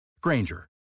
Granger